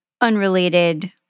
unrelated